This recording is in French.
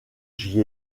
j’y